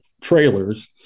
trailers